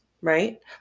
right